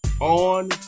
on